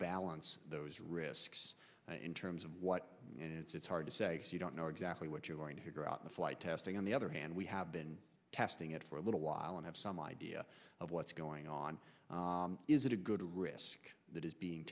balance those risks in terms of what it's hard to say you don't know exactly what you're going to figure out the flight testing on the other hand we have been testing it for a little while and have some idea of what's going on is it a good risk that is being